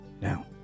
Now